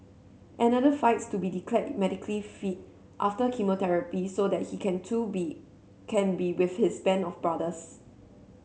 another fights to be declared medically fit after chemotherapy so that he can too be can be with his band of brothers